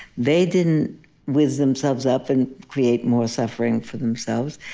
they didn't whiz themselves up and create more suffering for themselves.